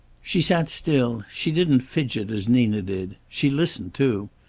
she sat still. she didn't fidget, as nina did. she listened, too.